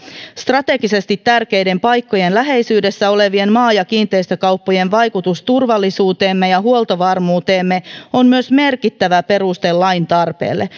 strategisesti tärkeiden paikkojen läheisyydessä olevien maa ja kiinteistökauppojen vaikutus turvallisuuteemme ja huoltovarmuuteemme on myös merkittävä peruste lain tarpeelle